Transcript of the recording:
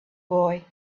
boy